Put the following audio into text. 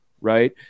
right